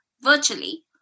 virtually